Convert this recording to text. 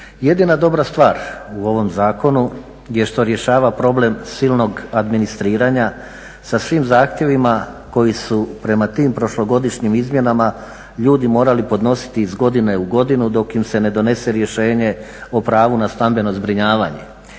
Jedina dobra stvar u ovom zakonu je što rješava problem silnog administriranja sa svim zahtjevima koji su prema tim prošlogodišnjim izmjenama ljudi morali podnositi iz godine u godinu dok im se ne donese rješenje o pravu na stambeno zbrinjavanje.